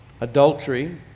adultery